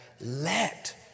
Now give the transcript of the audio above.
let